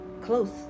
close